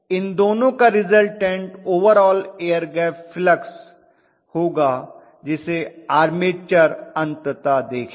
इन दोनों का resultant overall air gap flux होगा जिसे आर्मेचर अंततः देखेगा